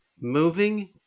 moving